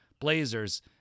Blazers